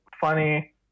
funny